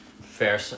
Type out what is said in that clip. fair